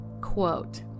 quote